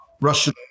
Russian